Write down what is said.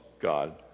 God